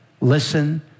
listen